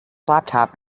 laptop